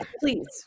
please